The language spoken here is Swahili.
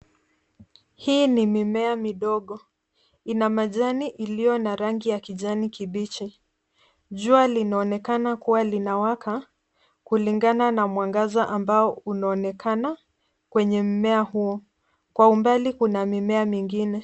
Hii ni mimea midogo, ina majani iliyo na rangi ya kijani kibichi. Jua linaonekana kuwa linawaka kulingana na mwangaza ambao unaonekana kwenye mmea huo. Kwa umbali kuna mimea mengine.